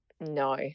No